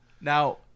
now